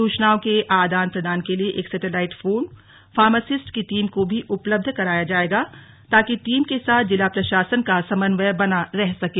सूचनाओं के आदान प्रदान के लिए एक सैटेलाइट फोन फार्मासिस्ट की टीम को भी उपलब्ध कराया जाएगा ताकि टीम के साथ जिला प्रशासन का समन्वय बना रह सकें